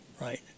Right